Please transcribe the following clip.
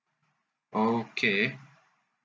okay